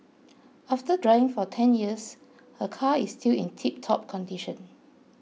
after driving for ten years her car is still in tiptop condition